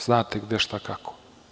Znate i gde, šta kako.